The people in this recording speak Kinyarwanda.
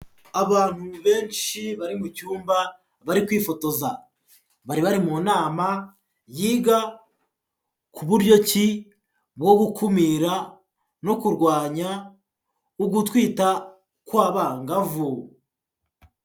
Abantu benshi bari mu cyumba bari kwifotoza, bari bari mu nama yiga ku buryo ki bwo gukumira no kurwanya ugutwita kw'abangavu.